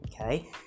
okay